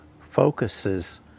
focuses